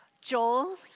Joel